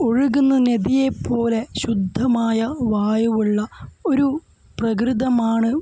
ഒഴുകുന്ന നദിയെ പോലെ ശുദ്ധമായ വായുവുള്ള ഒരു പ്രകൃതമാണ്